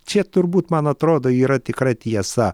čia turbūt man atrodo yra tikra tiesa